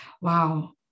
Wow